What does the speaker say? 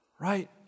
Right